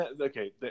okay